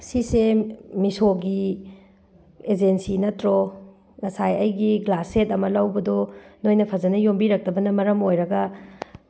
ꯁꯤꯁꯦ ꯃꯤꯁꯣꯒꯤ ꯑꯦꯖꯦꯟꯁꯤ ꯅꯠꯇ꯭ꯔꯣ ꯉꯁꯥꯏ ꯑꯩꯒꯤ ꯒ꯭ꯂꯥꯁ ꯁꯦꯠ ꯑꯃ ꯂꯧꯕꯗꯣ ꯅꯣꯏꯅ ꯐꯖꯅ ꯌꯣꯝꯕꯤꯔꯛꯇꯕꯅ ꯃꯔꯝ ꯑꯣꯏꯔꯒ